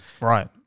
right